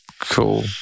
Cool